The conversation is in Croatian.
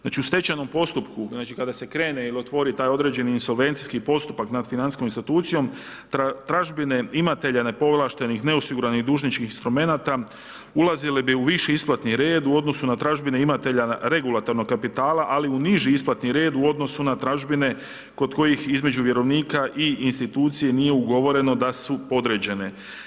Znači u stečajnom postupku, kada se krene ili otvori taj određeni indolencijski postupak nad financijskom institucijom tražbine imatelja nepovlaštenih, neosiguranih dužničkih instrumenata, ulazili bi u viši isplatni red, u odnosu na tražbine imatelja regulatornog kapitala, ali u niži isplatni red u odnosu na tražbine kod kojih između vjerovnika i institucije nije ugovoreno da su podređene.